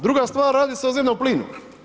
Druga stvar, radi se o zemnom plinu.